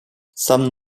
some